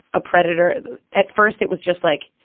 a predator at first it was just like,